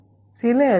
2V ஆகும் சில L